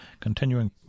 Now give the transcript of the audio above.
continuing